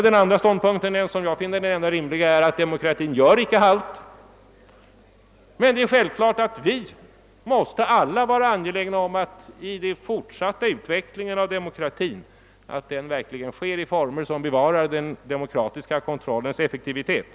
Den andra ståndpunkten, vilken jag finner vara den enda rimliga, är att demokratin icke gör halt, men det är självklart att vi alla måste vara angelägna om att den fortsatta utvecklingen av demokratin verkligen sker i former, som bevarar den demokratiska kontrollens effektivitet.